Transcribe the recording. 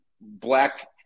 black